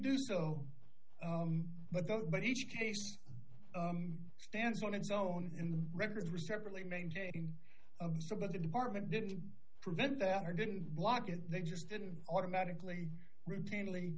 do so but the but each case stands on its own in the records were separately maintaining some of the department didn't prevent that or didn't block it they just didn't automatically routinely